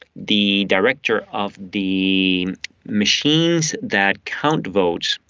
the director of the machines that count votes,